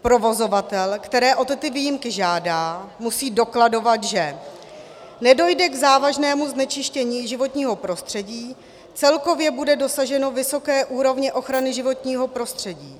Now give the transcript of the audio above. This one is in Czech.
Provozovatel, který o tyto výjimky žádá, musí dokladovat, že nedojde k závažnému znečištění životního prostředí, celkově bude dosaženo vysoké úrovně ochrany životního prostředí.